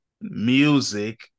Music